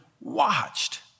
watched